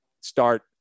start